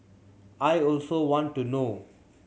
I also want to know